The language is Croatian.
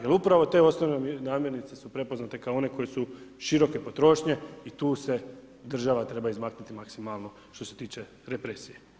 Jer upravo te osnovne namjernice su prepoznate kao one koje su široke potrošnje i tu se država treba izmaknuti maksimalno što se tiče represije.